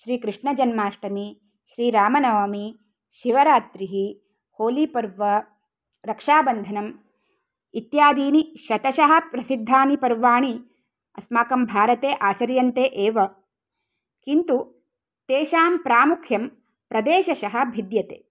श्रीकृष्णजन्माष्टमी श्रीरामनवमी शिवरात्रिः होलीपर्व रक्षाबन्धनम् इत्यादीनि शतशः प्रसिद्धानि पर्वाणि अस्माकं भारते आचर्यन्ते एव किन्तु तेषां प्रामुख्यं प्रदेशशः भिद्यते